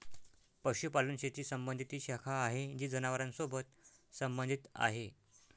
पशुपालन शेती संबंधी ती शाखा आहे जी जनावरांसोबत संबंधित आहे